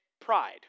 pride